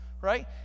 right